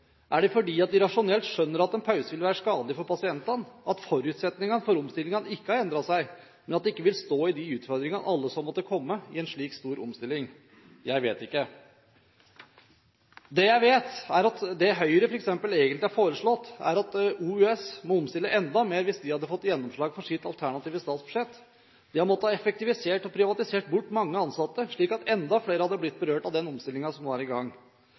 Er det fordi at de rasjonelt skjønner at en pause vil være skadelig for pasientene, at forutsetningene for omstillingen ikke har endret seg, men at de ikke vil stå i de utfordringene, alle som måtte komme, i en slik stor omstilling? Jeg vet ikke. Det jeg vet, er at det som f.eks. Høyre egentlig har foreslått, er at OUS måtte ha omstilt enda mer hvis de hadde fått gjennomslag for sitt alternative statsbudsjett. De hadde måttet effektivisere og privatisere bort mange ansatte, slik at enda flere hadde blitt berørt av den omstillingen som nå er i gang.